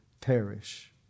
perish